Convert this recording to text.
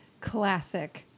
Classic